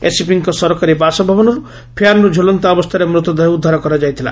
ଏସିପିଙ୍ଙ ସରକାରୀ ବାସଭବନର୍ ଫ୍ୟାନ୍ରୁ ଝୁଲନ୍ତା ଅବସ୍ଥାରେ ମୃତଦେହ ଉଦ୍ଧାର କରାଯାଇଥିଲା